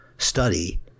study